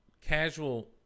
casual